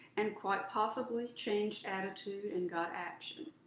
and quite possibly, changed attitude and got action.